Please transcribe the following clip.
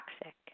toxic